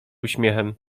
uśmiechem